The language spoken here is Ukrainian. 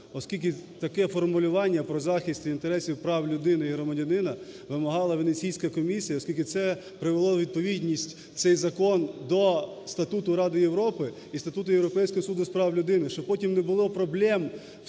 Оскільки таке формулювання про захист інтересів прав людини і громадянина вимагала Венеційська комісія, оскільки це привело у відповідність цей закон до Статуту Ради Європи і Статуту Європейського суду з прав людини. Щоб потім не було проблем у тих,